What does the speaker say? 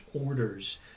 orders